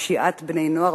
פשיעת בני-נוער,